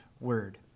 word